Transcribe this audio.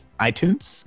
iTunes